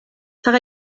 فقط